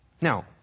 Now